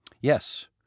Yes